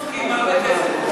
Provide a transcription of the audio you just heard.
אבל הם לא רוצים,